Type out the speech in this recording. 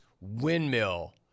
windmill